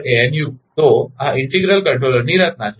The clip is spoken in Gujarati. unn anu છે તો આ ઇન્ટિગ્રલ કંટ્રોલરની રચના છે